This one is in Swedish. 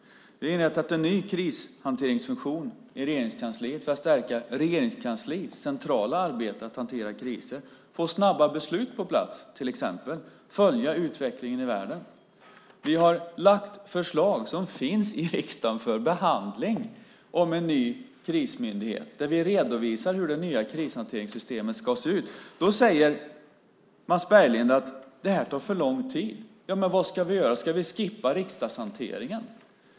Vi har inrättat en ny krishanteringsfunktion i Regeringskansliet för att stärka Regeringskansliets centrala arbete med att hantera kriser, till exempel få snabba beslut på plats och följa utvecklingen i världen. Vi har lagt fram förslag som finns i riksdagen för behandling om en ny krismyndighet där vi redovisar hur det nya krishanteringssystemet ska se ut. Mats Berglind säger då att detta tar för lång tid. Men vad ska vi göra? Ska vi skippa riksdagshanteringen?